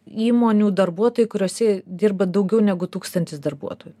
įmonių darbuotojai kuriose dirba daugiau negu tūkstantis darbuotojų